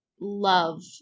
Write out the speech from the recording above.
love